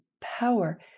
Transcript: power